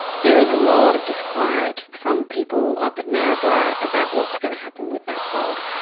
there is a lot of disquiet from people up at narrabri about what's going to happen with that salt.